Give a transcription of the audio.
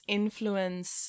influence